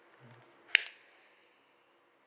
mm